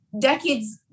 decades